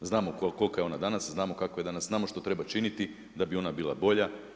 Znamo koliko je ona danas, znamo kako je danas, znamo što treba činiti da bi ona bila bolja.